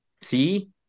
see